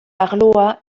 arloa